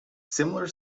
similar